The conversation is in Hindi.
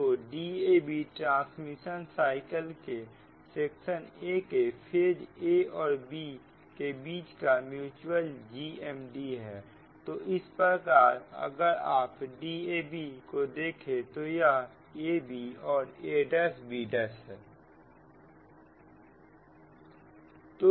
तो Dab ट्रांसमिशन साइकिल के सेक्शन 1 के फेज a और b के बीच का म्यूच्यूअल GMD है तो इस प्रकार अगर आप Dab को देखें तो यह ab और a'b' है